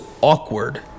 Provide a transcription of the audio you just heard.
awkward